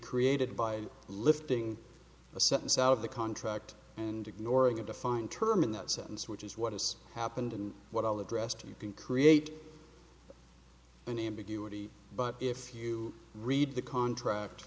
created by lifting a sentence out of the contract and ignoring a defined term in that sentence which is what has happened and what i'll address to you can create an ambiguity but if you read the contract